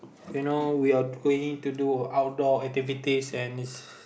you know we are going to do a outdoor activities and it's